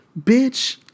bitch